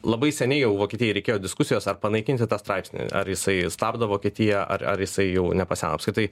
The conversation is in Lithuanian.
labai seniai jau vokietijai reikėjo diskusijos ar panaikinti tą straipsnį ar jisai stabdo vokietiją ar ar jisai jau nepaseno apskritai